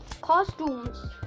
costumes